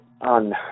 on